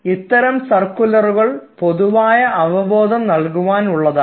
ഉത്തരം സർക്കുലറുകൾ പൊതുവായ അവബോധം നൽകുവാൻ ഉള്ളതാണ്